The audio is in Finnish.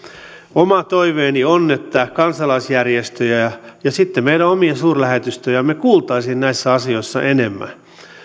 oma toiveeni on että kansalaisjärjestöjä ja ja sitten meidän omia suurlähetystöjämme kuultaisiin näissä asioissa enemmän